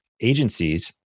agencies